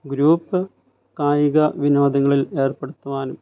group കായികവിനോദങ്ങളിൽ ഏർപ്പെടുത്തുവാൻ